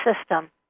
system